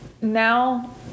now